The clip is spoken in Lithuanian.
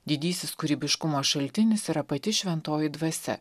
didysis kūrybiškumo šaltinis yra pati šventoji dvasia